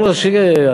כל ראשי,